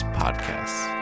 podcasts